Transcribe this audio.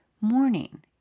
morning